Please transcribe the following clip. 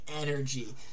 energy